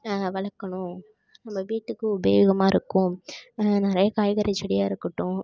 வளர்க்கணும் நம்ம வீட்டுக்கு உபயோகமாகருக்கும் நிறையா காய்கறி செடியாகருக்கட்டும்